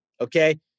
Okay